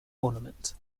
ornament